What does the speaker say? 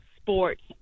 sports